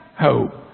hope